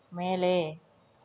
மேலே